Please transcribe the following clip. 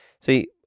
See